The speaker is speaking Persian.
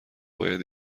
باید